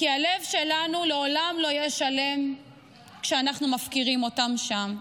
כי הלב שלנו לעולם לא יהיה שלם כשאנחנו מפקירים אותם שם.